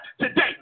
today